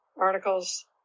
articles